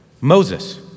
Moses